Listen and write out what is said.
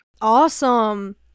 Awesome